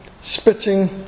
spitting